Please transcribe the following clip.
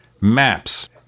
Maps